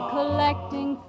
Collecting